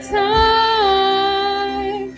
time